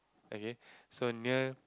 okay so near